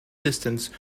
distance